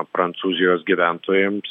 prancūzijos gyventojams